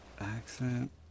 accent